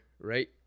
right